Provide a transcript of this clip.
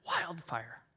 wildfire